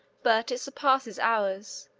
but it surpasses ours,